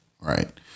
Right